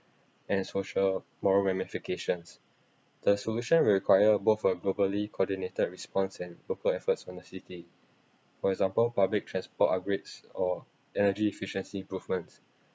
and social moral ramifications the solution will require both a globally coordinated response and proper efforts from the city for example public transport upgrades or energy efficiency improvements